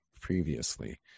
previously